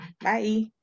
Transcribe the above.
Bye